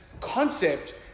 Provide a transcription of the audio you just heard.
concept